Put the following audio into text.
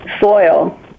soil